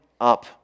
up